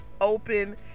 open